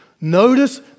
Notice